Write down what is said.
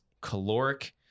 caloric